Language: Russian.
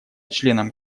членам